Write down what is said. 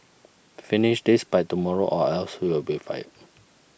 finish this by tomorrow or else you'll be fired